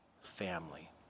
family